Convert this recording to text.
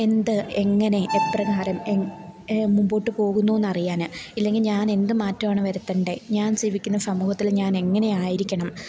എന്ത് എങ്ങനെ എപ്രകാരം മുന്നോട്ടുപോകുന്നുവെന്നറിയാന് ഇല്ലെങ്കില് ഞാനെന്ത് മാറ്റമാണ് വരുത്തണ്ടേത് ഞാൻ ജീവിക്കുന്ന സമൂഹത്തില് ഞാനെങ്ങനെയായിരിക്കണം